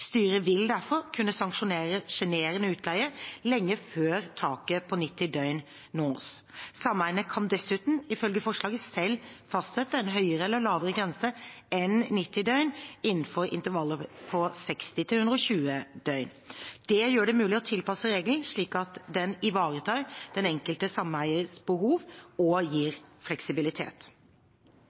Styret vil derfor kunne sanksjonere sjenerende utleie lenge før taket på 90 døgn nås. Sameiene kan dessuten ifølge forslaget selv fastsette en høyere eller lavere grense enn 90 døgn innenfor intervallet 60–120 døgn. Det gjør det mulig å tilpasse regelen, slik at den ivaretar det enkelte sameiets behov og gir fleksibilitet.